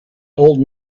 old